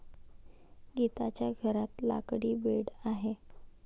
गीताच्या घरात लाकडी बेड आहे